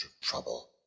trouble